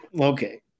Okay